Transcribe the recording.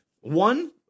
One